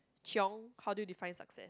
chiong how do you define success